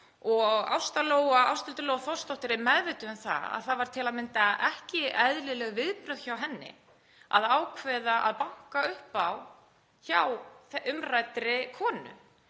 Ásthildur Lóa Þórsdóttir er meðvituð um það, að það voru til að mynda ekki eðlileg viðbrögð hjá henni að ákveða að banka upp á hjá umræddri konu.